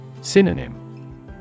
Synonym